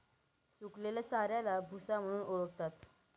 सुकलेल्या चाऱ्याला भुसा म्हणून ओळखतात